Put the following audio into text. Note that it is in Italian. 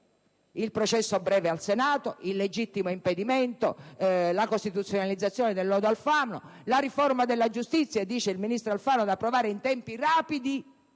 il processo breve al Senato, il legittimo impedimento, la costituzionalizzazione del lodo Alfano e la riforma della giustizia che, come dice il ministro Alfano, è da approvare in tempi rapidi.